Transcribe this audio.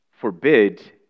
forbid